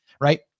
right